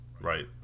Right